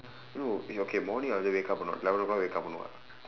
no okay morning I'll wake up or not eleven o'clock wake up or not